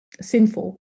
sinful